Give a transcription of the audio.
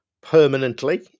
permanently